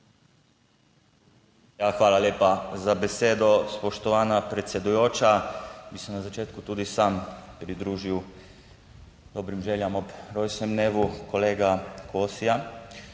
Hvala lepa za besedo, spoštovana predsedujoča. Bi se na začetku tudi sam pridružil dobrim željam ob rojstnem dnevu kolega Kosija.